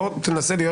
בוא תנסה להיות